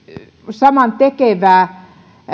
samantekevää